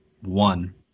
one